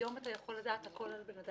היום אתה יכול לדעת הכל על הבנאדם,